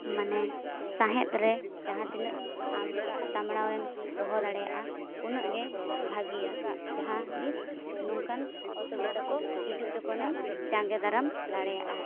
ᱢᱟᱱᱮ ᱥᱟᱸᱦᱮᱫ ᱨᱮ ᱡᱟᱦᱟᱸ ᱛᱤᱱᱟᱹᱜ ᱟᱢ ᱥᱟᱱᱵᱲᱟᱣᱮᱢ ᱫᱚᱦᱚ ᱫᱟᱲᱮᱭᱟᱜᱼᱟ ᱟᱨ ᱩᱱᱟᱹᱜ ᱜᱮ ᱵᱷᱟᱹᱜᱤᱭᱟ ᱡᱟᱦᱟᱸ ᱛᱤᱥ ᱱᱚᱝᱠᱟᱱ ᱚᱥᱚᱵᱤᱫᱟ ᱠᱚ ᱦᱤᱡᱩᱜ ᱡᱚᱠᱷᱚᱱᱮᱢ ᱡᱟᱸᱜᱮ ᱫᱟᱨᱟᱢ ᱫᱟᱲᱮᱭᱟᱜᱼᱟ